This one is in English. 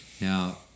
Now